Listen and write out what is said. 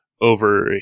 over